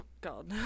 God